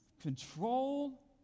control